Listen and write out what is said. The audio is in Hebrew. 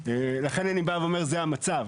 לכן אני בא ואומר זה המצב.